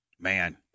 Man